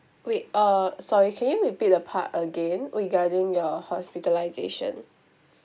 wait uh sorry can you repeat the part again regarding your hospitalization